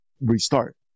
restart